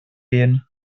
gehen